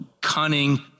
cunning